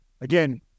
Again